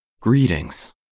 Greetings